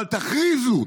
אבל תכריזו,